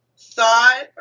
thought